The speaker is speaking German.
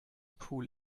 pool